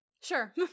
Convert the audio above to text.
Sure